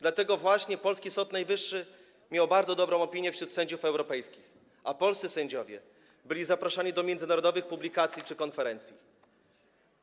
Dlatego właśnie polski Sąd Najwyższy miał bardzo dobrą opinię wśród sędziów europejskich, a polscy sędziowie byli zapraszani do międzynarodowych publikacji czy na międzynarodowe konferencje.